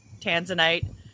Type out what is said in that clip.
Tanzanite